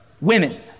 women